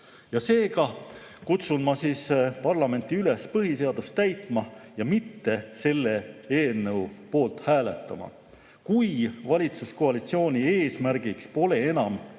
Seega kutsun ma parlamenti üles põhiseadust täitma ja mitte selle eelnõu poolt hääletama. Kui valitsuskoalitsiooni eesmärk pole enam